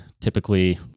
typically